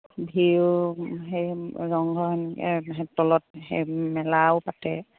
বিহু সেই ৰংঘৰ তলত সেই মেলাও পাতে